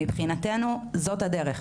מבחינתנו זו הדרך.